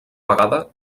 vegada